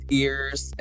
ears